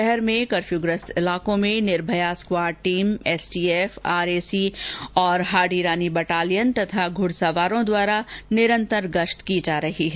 शहर में कर्फ्यूग्रस्त इलाकों में Nirbhaya squad team STF RAC Hadi Rani तथा घुड़सवारों द्वारा निरन्तर गश्त की जा रही है